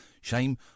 Shame